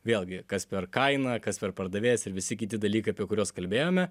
vėlgi kas per kaina kas per pardavėjas ir visi kiti dalykai apie kuriuos kalbėjome